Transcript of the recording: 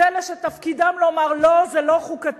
זה אלה שתפקידם לומר: לא, זה לא חוקתי.